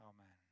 Amen